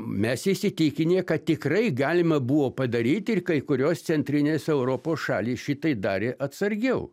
mes įsitikinę kad tikrai galima buvo padaryti ir kai kurios centrinės europos šalys šitai darė atsargiau